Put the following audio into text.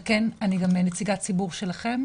על כן, אני גם נציגת ציבור שלכם.